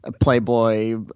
playboy